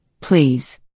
please